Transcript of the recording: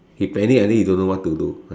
he panic until he don't know what to do